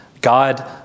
God